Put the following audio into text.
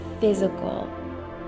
physical